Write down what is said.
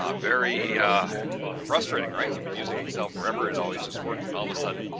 um very frustrating right! you've been using excel forever. as always just worked at all of a sudden,